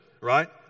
right